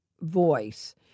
voice